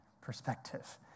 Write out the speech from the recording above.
perspective